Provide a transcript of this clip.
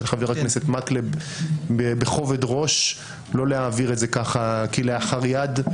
חבר הכנסת מקלב בכובד ראש ולא להעביר את זה ככה כלאחר יד.